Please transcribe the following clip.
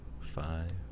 five